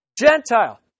Gentile